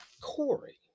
Corey